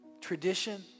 tradition